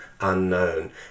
unknown